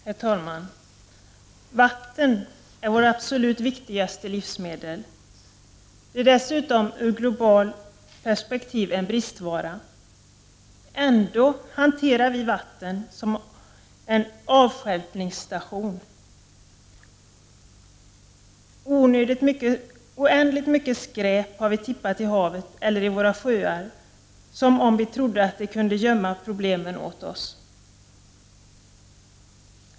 Herr talman! Vatten är vårt absolut viktigaste livsmedel, det är dessutom i ett globalt perspektiv en bristvara. Ändå hanterar vi vattnet som en avstjälpningsstation. Oändligt mycket skräp har vi tippat i havet eller i våra sjöar som om vi trodde att de kunde gömma problemen åt oss.